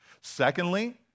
Secondly